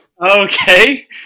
Okay